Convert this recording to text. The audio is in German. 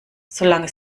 solange